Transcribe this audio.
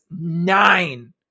nine